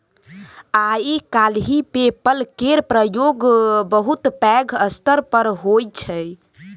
आइ काल्हि PayPal केर प्रयोग बहुत पैघ स्तर पर होइ छै